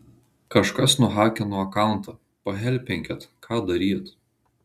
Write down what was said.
kažkas nuhakino akauntą pahelpinkit ką daryt